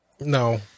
No